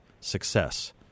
success